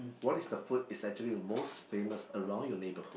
what is the food it's actually the most famous around your neighborhood